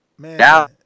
Man